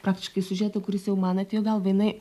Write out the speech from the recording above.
praktiškai siužetą kuris jau man atėjo gal vienai